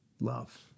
Love